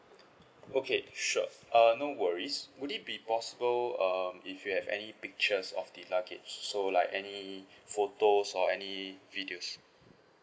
okay sure uh no worries would it be possible um if you have any pictures of the luggage so like any photos or any videos